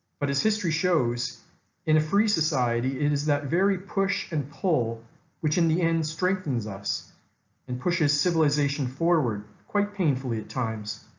but as history shows in a free society it is that very push and pull which in the end strengthens us and pushes civilization forward quite painfully at times.